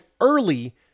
early